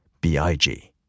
B-I-G